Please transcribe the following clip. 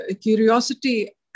curiosity